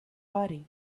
body